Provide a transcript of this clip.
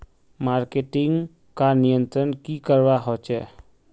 Marketing का नियंत्रण की करवा होचे?